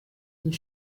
une